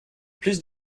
plus